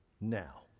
now